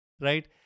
right